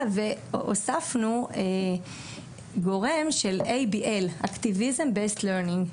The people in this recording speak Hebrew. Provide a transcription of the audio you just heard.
והוספנו גורת של a.b.l activism best learning,